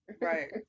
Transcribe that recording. Right